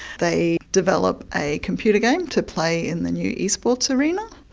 they develop a computer game to play in the new esports arena.